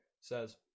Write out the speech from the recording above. Says